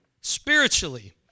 Spiritually